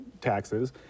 taxes